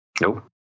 Nope